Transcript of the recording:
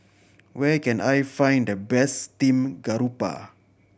where can I find the best steamed garoupa